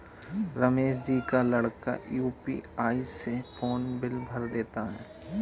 रमेश जी का लड़का यू.पी.आई से फोन बिल भर देता है